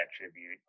attribute